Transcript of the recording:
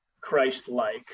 Christ-like